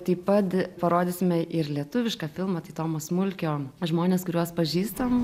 taip pat parodysime ir lietuvišką filmą tai tomo smulkio žmonės kuriuos pažįstam